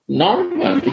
normal